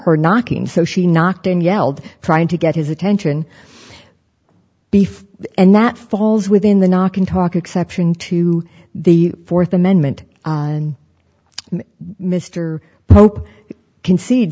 her knocking so she knocked and yelled trying to get his attention beef and that falls within the knocking talk exception to the fourth amendment mr pope concede